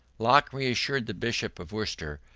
locke reassured the bishop of worcester,